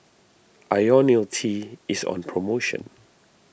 Ionil T is on promotion